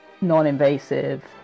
non-invasive